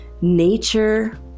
nature